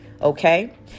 Okay